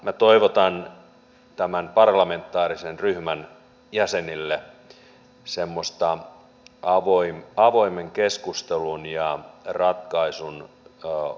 minä toivotan tämän parlamentaarisen ryhmän jäsenille semmoista avoimen keskustelun ja ratkaisujenlöytökyvyn henkeä ja yhteisymmärrystä